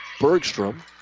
Bergstrom